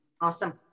awesome